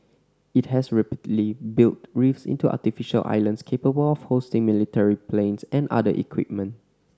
it has rapidly built reefs into artificial islands capable of hosting military planes and other equipment